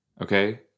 okay